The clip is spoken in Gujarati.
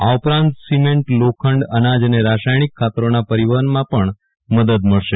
આ ઉપરાંત સિમેન્ટ લોખંડ અનાજ અને રાસાયણીક ખાતરોના પરિવહનમાં પણ મદદ મળશે